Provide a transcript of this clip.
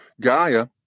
Gaia